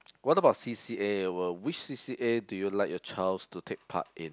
what about c_c_a will which c_c_a do you like your childs to take part in